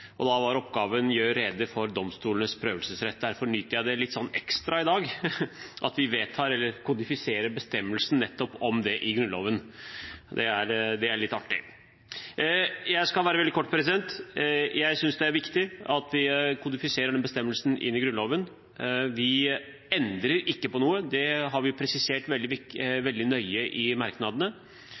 eksamenen. Da var oppgaven: Gjør rede for domstolenes prøvelsesrett. Derfor nyter jeg det litt ekstra i dag, at vi vedtar eller kodifiserer bestemmelsen om nettopp det i Grunnloven. Det er litt artig. Jeg skal være veldig kort. Jeg synes det er viktig at vi kodifiserer denne bestemmelsen inn i Grunnloven. Vi endrer ikke på noe. Det har vi presisert veldig nøye i merknadene.